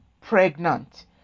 pregnant